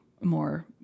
more